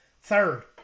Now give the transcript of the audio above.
third